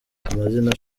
amazina